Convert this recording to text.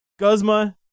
Guzma